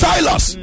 Silas